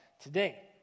today